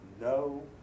no